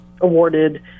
awarded